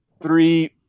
three